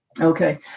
Okay